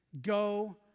go